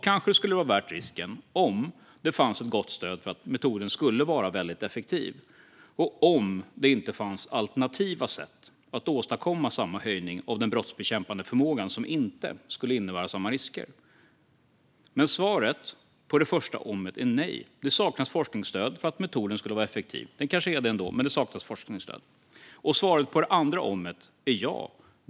Kanske skulle det vara värt risken om det fanns ett gott stöd för att metoden skulle vara effektiv och om det inte fanns alternativa sätt att åstadkomma samma höjning av den brottsbekämpande förmågan som inte skulle innebära samma risker. Men svaret på mitt första "om" är nej. Det saknas forskningsstöd för att metoden skulle vara effektiv. Den kanske är det ändå, men det saknas forskningsstöd. Och svaret på mitt andra "om" är ja.